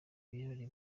ibirori